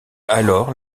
alors